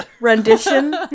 rendition